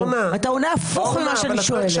אתה עונה הפוך ממה שאני שואלת.